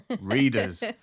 readers